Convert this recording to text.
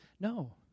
No